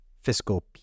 fiscal